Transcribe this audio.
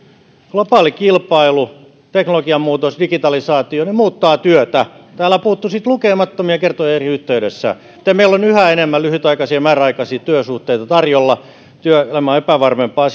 globaali kilpailu teknologian muutos digitalisaatio muuttavat työtä täällä on puhuttu siitä lukemattomia kertoja eri yhteyksissä että meillä on yhä enemmän lyhytaikaisia ja määräaikaisia työsuhteita tarjolla ja työelämä on epävarmempaa